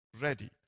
ready